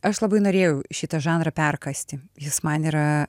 aš labai norėjau šitą žanrą perkąsti jis man yra